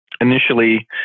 initially